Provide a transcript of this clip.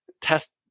test